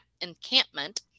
encampment